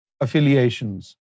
affiliations